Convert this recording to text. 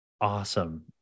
Awesome